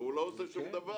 והוא לא עושה דבר.